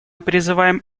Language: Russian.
призваны